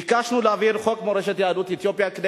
ביקשנו להעביר חוק מורשת יהדות אתיופיה כדי